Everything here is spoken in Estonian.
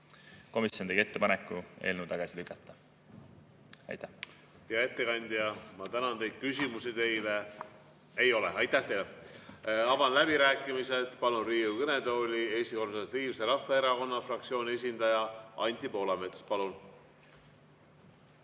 Komisjon tegi ettepaneku eelnõu tagasi lükata. Aitäh! Hea ettekandja, ma tänan teid! Küsimusi teile ei ole. Aitäh teile! Avan läbirääkimised ja palun Riigikogu kõnetooli Eesti Konservatiivse Rahvaerakonna fraktsiooni esindaja Anti Poolametsa. Palun!